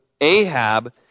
Ahab